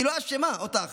היא לא אשמה, אותה אחות.